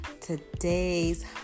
today's